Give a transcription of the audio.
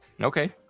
Okay